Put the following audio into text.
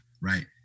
right